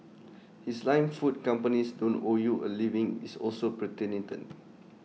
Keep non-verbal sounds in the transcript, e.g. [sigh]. his line food companies don't owe you A living is also [unintelligible]